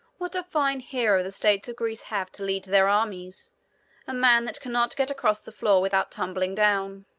what a fine hero the states of greece have to lead their armies a man that can not get across the floor without tumbling down.